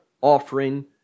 offering